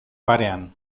parean